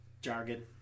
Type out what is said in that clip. jargon